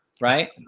right